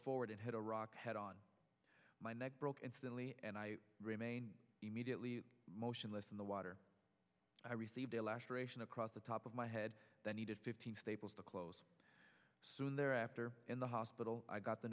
forward it had a rock head on my neck broke instantly and i remain immediately motionless in the water i received a laceration across the top of my head that needed fifteen staples to close soon thereafter in the hospital i got the